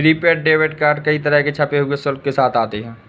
prepaid debit card कई तरह के छिपे हुए शुल्क के साथ आते हैं